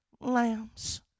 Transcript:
lambs